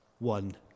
One